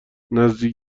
نزدیک